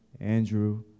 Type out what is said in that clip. Andrew